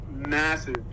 massive